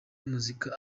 muzika